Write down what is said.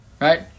Right